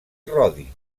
rodi